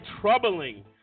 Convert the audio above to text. troubling